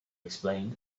explained